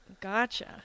Gotcha